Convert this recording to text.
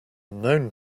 known